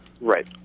Right